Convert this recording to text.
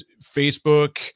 Facebook